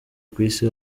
kwisi